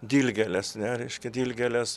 dilgėlės ne reiškia dilgėlės